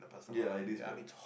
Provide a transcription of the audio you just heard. ya this man